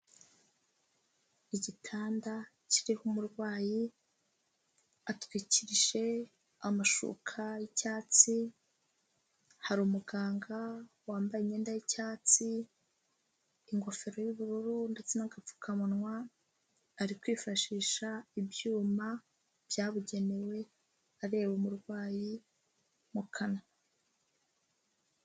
Igitanda kiriho umurwayi, atwikirije amashuka y'icyatsi, hari umuganga wambaye imyenda y'icyatsi, ingofero y'ubururu ndetse n'agapfukamunwa, ari kwifashisha ibyuma byabugenewe areba umurwayi mu kanwa.